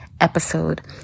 episode